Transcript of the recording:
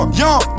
young